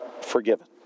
forgiven